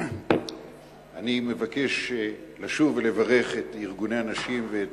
אני מבקש לשוב ולברך את ארגוני הנשים ואת